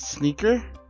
Sneaker